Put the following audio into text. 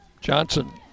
Johnson